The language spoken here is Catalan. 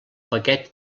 paquet